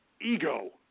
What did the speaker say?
ego